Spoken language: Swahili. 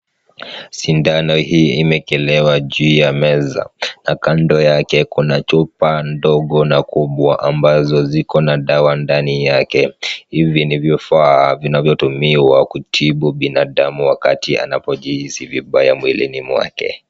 Sindano hii imewekelewa juu ya meza, na kando yake kuna chupa ndogo na kubwa ambazo ziko na dawa ndani yake. Hivi ni vifaa vinavyotumiwa kutibu binadamu wakati anapojihisi vibaya mwilini mwake.